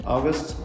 August